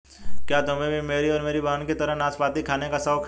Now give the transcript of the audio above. क्या तुम्हे भी मेरी और मेरी बहन की तरह नाशपाती खाने का शौक है?